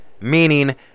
meaning